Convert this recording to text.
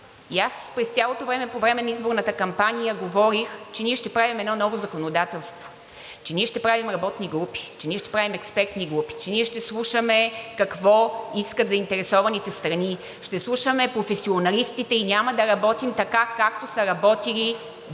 аз през цялото време по време на изборната кампания говорих, че ние ще правим едно ново законодателство, че ние ще правим работни групи, че ние ще правим експертни групи, че ние ще слушаме какво искат заинтересованите страни, ще слушаме професионалистите и няма да работим така, както са работили до този